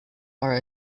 are